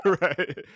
Right